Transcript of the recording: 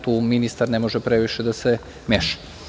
Tu ministar ne može previše da se meša.